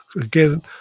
again